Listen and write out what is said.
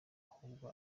ahubwo